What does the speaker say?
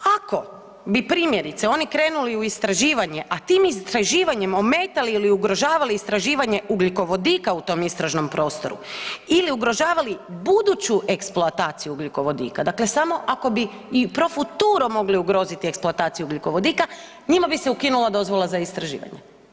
Ako bi, primjerice, oni krenuli u istraživanje, a time istraživanjem ometali ili ugrožavali istraživanje ugljikovodika u tom istražnom prostoru ili ugrožavali buduću eksploataciju ugljikovodika, dakle samo ako bi pro futuro mogli ugroziti eksploataciju ugljikovodika, njima bi se ukinula dozvola za istraživanje.